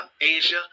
Asia